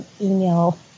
email